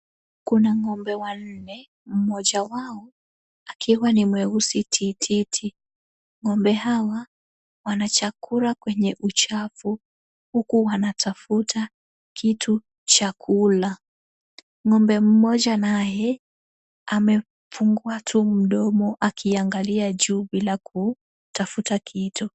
Kuna ng'ombe wanne, mmoja wao akiwa ni mweusi ti ti ti. Ng'ombe hawa wanachakura kwenye uchafu, huku wanatafuta kitu cha kula. Ng'ombe mmoja naye, amefungua tu mdomo akiangalia juu bila kutafuta kitu.